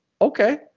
okay